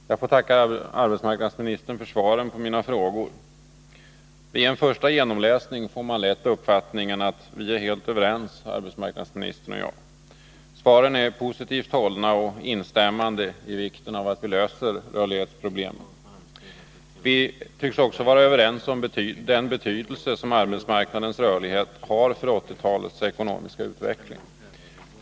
Herr talman! Jag får tacka arbetsmarknadsministern för svaren på mina frågor. Vid en första genomläsning får man lätt uppfattningen att arbetsmarknadsministern och jag är helt överens. Svaren är positivt hållna, och statsrådet instämmer i vad jag sagt om vikten av att vi löser problemen. Vi tycks också vara överens om hur betydelsefullt det är med en rörlig arbetsmarknad för 1980-talets ekonomiska utveckling.